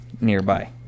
nearby